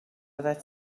oeddet